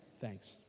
thanks